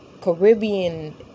Caribbean